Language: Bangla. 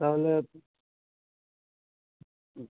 তাহলে আপনি